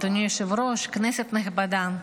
אדוני היושב-ראש, כנסת נכבדה.